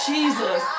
Jesus